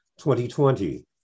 2020